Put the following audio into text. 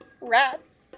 rats